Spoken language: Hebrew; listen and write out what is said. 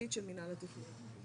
סביבתית של מינהל התכנון.